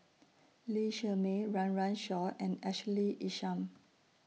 Lee Shermay Run Run Shaw and Ashley Isham